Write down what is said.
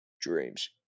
dreams